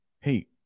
hey